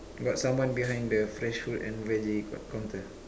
got someone behind the fresh fruit and vege coun~ counter